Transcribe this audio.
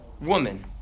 woman